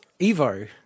Evo